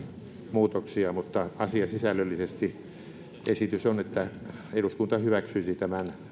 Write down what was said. muutoksia mutta asiasisällöllisesti esitys on että eduskunta hyväksyisi tämän